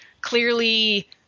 clearly –